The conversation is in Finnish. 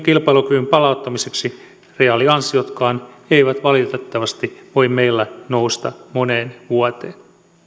kilpailukyvyn palauttamiseksi reaaliansiotkaan eivät valitettavasti voi meillä nousta moneen vuoteen